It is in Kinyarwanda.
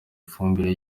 ifumbire